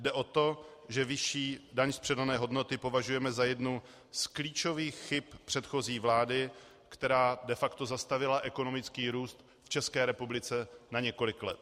Jde o to, že vyšší daň z přidané hodnoty považujeme za jednu z klíčových chyb předchozí vlády, která de facto zastavila ekonomický růst v České republice na několik let.